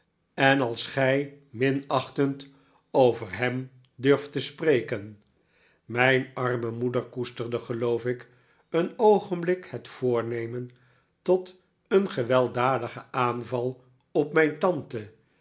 en als gij minachtend over hem durft te spreken mijn arme moeder koesterde geloof ik een oogenblik het voornemen tot een gewelddadigen aanval op mijn tante